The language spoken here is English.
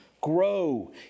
grow